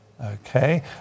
Okay